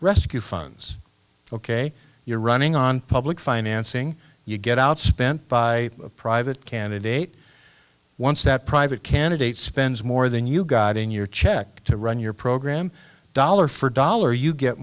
rescue funds ok you're running on public financing you get outspent by private candidate once that private candidate spends more than you got in your check to run your program dollar for dollar you get